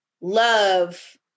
love